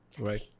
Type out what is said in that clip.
right